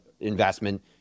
investment